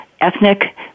ethnic